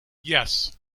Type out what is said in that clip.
yes